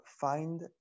find